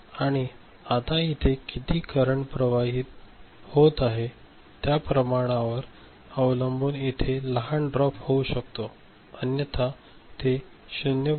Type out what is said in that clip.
आणि आता इथे किती करंट प्रवाहित होत आहे त्या प्रमाणावर अवलंबून इथे लहान ड्रॉप होऊ शकतो अन्यथा ते 0